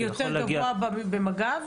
יותר גבוה במג"ב?